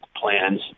plans